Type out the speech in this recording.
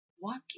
walking